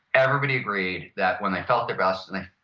everybody agreed that when they felt their best and